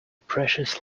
precious